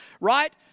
right